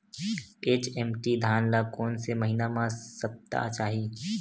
HMT धान ल कोन से महिना म सप्ता चाही?